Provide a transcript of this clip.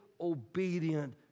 obedient